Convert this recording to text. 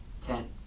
ten